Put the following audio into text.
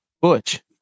Butch